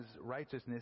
righteousness